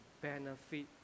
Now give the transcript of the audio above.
benefit